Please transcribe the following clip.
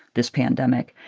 this pandemic?